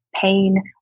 pain